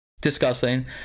disgusting